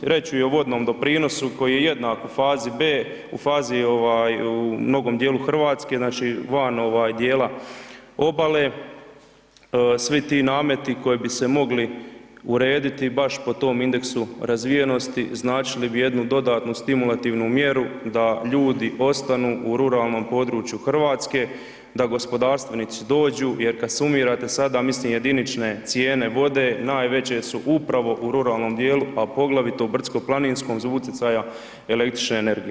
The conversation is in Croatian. Reć ću i o vodnom doprinosu koji je jednak u fazi B, u fazi u mnogom djelu Hrvatske znači van ovaj dijela obale, svi ti nameti koji bi se mogli urediti baš po tom indeksu razvijenosti značili bi jednu dodatnu stimulativnu mjeru da ljudi ostanu u ruralnom području Hrvatske, da gospodarstvenici dođu, jer kad sumirate sada mislim jedinične cijene vode najveće se upravo u ruralnom dijelu, a poglavito u brdsko-planinskom zbog utjecaja električne energije.